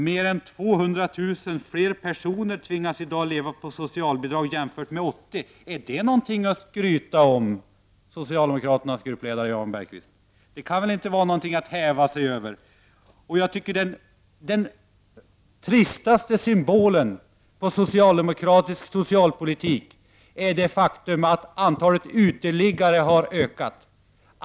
Mer än 200 000 fler människor än 1980 tvingas i dag att leva på socialbidrag. Är det någonting att skryta om, Jan Bergqvist? Det kan väl inte vara någonting att förhäva sig över. Den tristaste symbolen för den socialdemokratiska socialpolitiken är det faktum att antalet uteliggare har ökat.